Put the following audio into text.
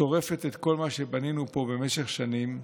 שורפת את כל מה שבנינו פה במשך שנים.